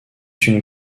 une